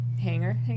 hanger